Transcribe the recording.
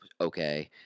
okay